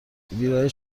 ویرایش